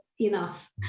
enough